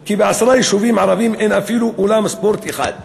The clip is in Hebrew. כי בעשרה יישובים ערביים אין אפילו אולם ספורט אחד.